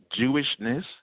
Jewishness